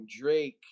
Drake